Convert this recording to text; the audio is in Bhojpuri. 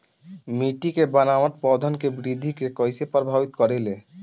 मिट्टी के बनावट पौधन के वृद्धि के कइसे प्रभावित करे ले?